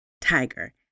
tiger